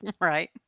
Right